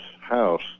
house